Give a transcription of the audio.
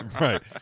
Right